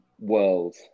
world